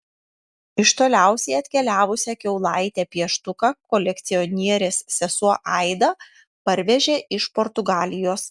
iš toliausiai atkeliavusią kiaulaitę pieštuką kolekcionierės sesuo aida parvežė iš portugalijos